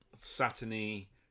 satiny